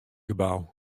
gebou